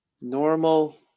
normal